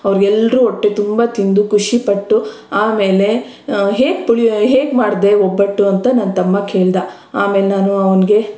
ಅವ್ರು ಎಲ್ಲರೂ ಹೊಟ್ಟೆ ತುಂಬ ತಿಂದು ಖುಷಿಪಟ್ಟು ಆಮೇಲೆ ಹೇಗೆ ಪುಳಿ ಹೇಗೆ ಮಾಡಿದೆ ಒಬ್ಬಟ್ಟು ಅಂತ ನನ್ನ ತಮ್ಮ ಕೇಳಿದ ಆಮೇಲೆ ನಾನು ಅವನಿಗೆ